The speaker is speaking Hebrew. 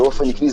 באופן עקבי,